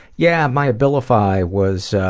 yeah, my abilify was